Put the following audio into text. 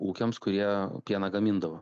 ūkiams kurie pieną gamindavo